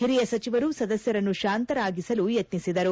ಹಿರಿಯ ಸಚಿವರು ಸದಸ್ಯರನ್ನು ಶಾಂತರಾಗಿಸಲು ಯತ್ನಿಸಿದರು